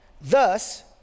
thus